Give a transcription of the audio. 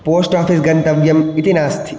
post office गन्तवयम् इति नास्ति